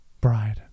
bride